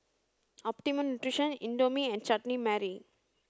Optimum Nutrition Indomie and Chutney Mary